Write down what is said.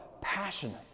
passionate